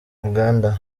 uganda